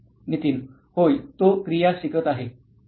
नितीन होय तो क्रिया शिकत आहे